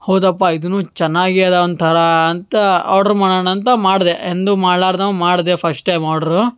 ಹೌದಪ್ಪ ಇದೂ ಚೆನ್ನಾಗೆ ಅದ ಒಂಥರ ಅಂತ ಆರ್ಡ್ರ್ ಮಾಡೋಣ ಅಂತ ಮಾಡಿದೆ ಎಂದೂ ಮಾಡ್ಲಾರ್ದವ ಮಾಡಿದೆ ಫಶ್ಟ್ ಟೈಮ್ ಆರ್ಡ್ರು